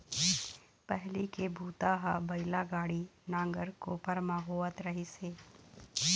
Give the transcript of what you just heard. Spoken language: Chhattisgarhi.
पहिली के बूता ह बइला गाड़ी, नांगर, कोपर म होवत रहिस हे